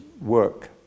work